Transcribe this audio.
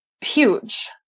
huge